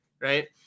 right